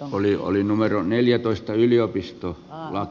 ahonen oli numero neljätoista yliopisto